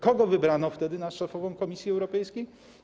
Kogo wybrano wtedy na szefową Komisji Europejskiej?